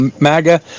MAGA